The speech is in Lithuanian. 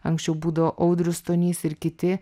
anksčiau būdavo audrius stonys ir kiti